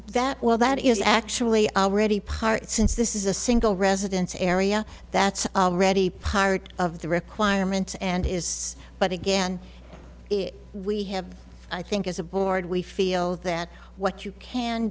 that well that is actually already part since this is a single residence area that's already part of the requirements and is but again we have i think as a board we feel that what you can